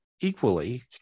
equally